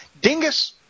Dingus